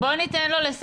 מיקי, בוא ניתן לו לסיים.